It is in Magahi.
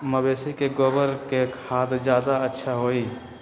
मवेसी के गोबर के खाद ज्यादा अच्छा होई?